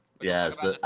Yes